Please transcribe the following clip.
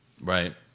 Right